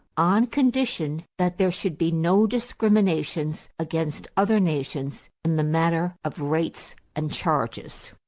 on condition that there should be no discriminations against other nations in the matter of rates and charges.